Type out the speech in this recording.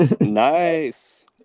Nice